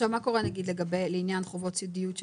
מה קורה לעניין חובות סודיות?